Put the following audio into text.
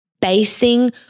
basing